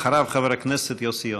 אחריו, חבר הכנסת יוסי יונה.